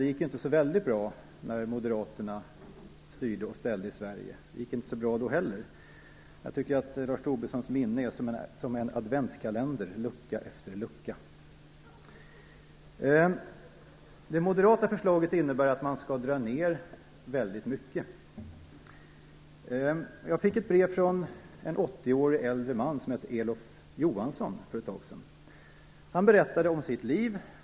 Det gick ju inte så väldigt bra när Moderaterna styrde och ställde i Sverige, det gick inte så bra då heller. Jag tycker att Lars Tobissons minne är som en adventskalender; lucka efter lucka. Det moderata förslaget innebär att man skall dra ned väldigt mycket. Jag fick för ett tag sedan ett brev från en äldre man, en 80-åring som heter Elof Johansson. Han berättade om sitt liv.